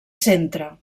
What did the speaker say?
centre